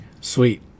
Sweet